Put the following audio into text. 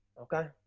okay